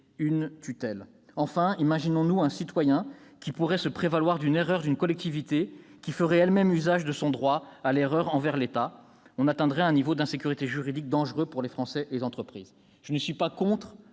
une tutelle ? Enfin, imaginons-nous un citoyen qui pourrait se prévaloir d'une erreur d'une collectivité qui ferait elle-même usage de son droit à l'erreur envers l'État ? On atteindrait un niveau d'insécurité juridique dangereux pour les Français et pour les entreprises. Je ne suis pas contre